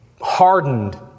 hardened